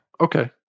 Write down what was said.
Okay